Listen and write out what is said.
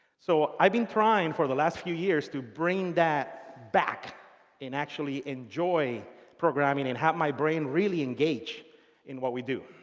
so i've been trying for the last few years to bring that back and actually enjoy programming and have my brain really engaged in what we do.